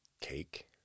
cake